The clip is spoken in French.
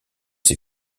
ses